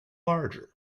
larger